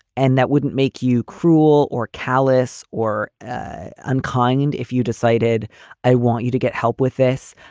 and that wouldn't make you cruel or callous or unkind. if you decided i want you to get help with this,